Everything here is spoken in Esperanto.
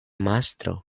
mastro